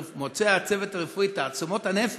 והצוות הרפואי מוצא את תעצומות הנפש,